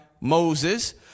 moses